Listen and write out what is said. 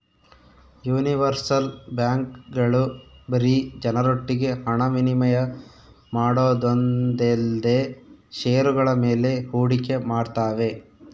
universal ಬ್ಯಾಂಕ್ಗಳು ಬರೀ ಜನರೊಟ್ಟಿಗೆ ಹಣ ವಿನಿಮಯ ಮಾಡೋದೊಂದೇಲ್ದೆ ಷೇರುಗಳ ಮೇಲೆ ಹೂಡಿಕೆ ಮಾಡ್ತಾವೆ